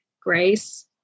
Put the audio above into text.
grace